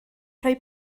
rhoi